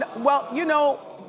ah well, you know,